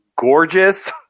gorgeous